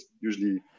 usually